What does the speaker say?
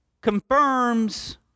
confirms